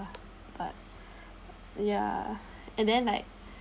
but but yeah and then like